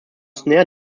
snare